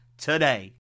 today